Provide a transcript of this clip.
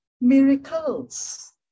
miracles